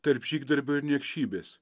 tarp žygdarbių ir niekšybės